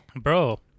Bro